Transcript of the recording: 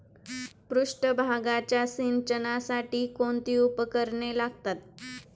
पृष्ठभागाच्या सिंचनासाठी कोणती उपकरणे लागतात?